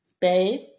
babe